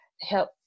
help